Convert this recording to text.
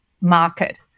market